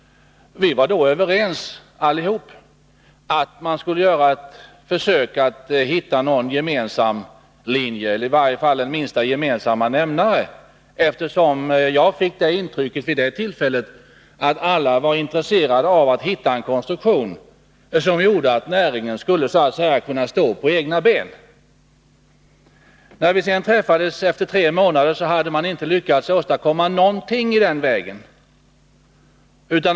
Vi var då överens om att man skulle göra ett försök att hitta någon gemensam linje, eller i varje fall en minsta gemensamma nämnare. Jag fick vid det tillfället intrycket att alla var intresserade av att hitta en konstruktion som gjorde att näringen skulle kunna stå på egna ben. När vi sedan träffades efter tre månader, hade man inte lyckats åstadkomma någonting i den vägen.